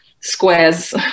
squares